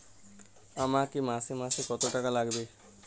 আমাকে মাসে মাসে কত টাকা লাগবে?